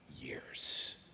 years